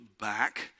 back